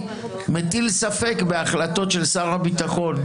מטיל ספק בהחלטות של שר הביטחון.